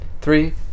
three